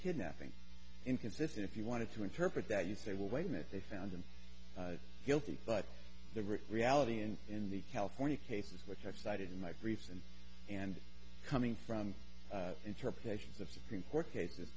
kidnapping inconsistent if you wanted to interpret that you'd say well wait a minute they found him guilty but they were reality and in the california cases which i've cited in my briefs and and coming from interpretations of supreme court cases